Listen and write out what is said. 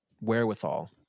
wherewithal